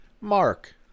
Mark